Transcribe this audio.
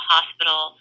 Hospital